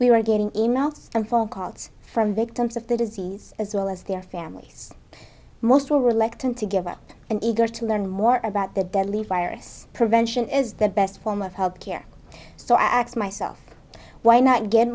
we were getting e mails and phone calls from victims of the disease as well as their families most were reluctant to give up and eager to learn more about the deadly virus prevention is the best form of health care so x myself why not get